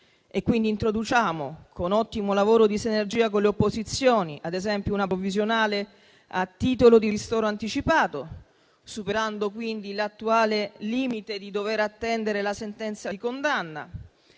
Introduciamo, con ottimo lavoro di sinergia con le opposizioni, ad esempio una provvisionale a titolo di ristoro anticipato, superando quindi l'attuale limite di dover attendere la sentenza di condanna.